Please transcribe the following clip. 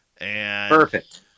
Perfect